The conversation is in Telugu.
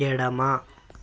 ఎడమ